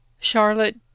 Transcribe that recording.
Charlotte